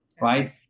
right